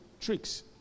tricks